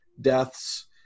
deaths